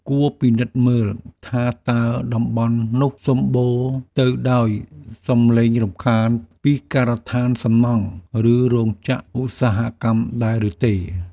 គួរពិនិត្យមើលថាតើតំបន់នោះសម្បូរទៅដោយសម្លេងរំខានពីការដ្ឋានសំណង់ ឬរោងចក្រឧស្សាហកម្មដែរឬទេ។